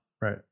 Right